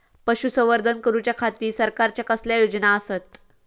पशुसंवर्धन करूच्या खाती सरकारच्या कसल्या योजना आसत?